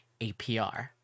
APR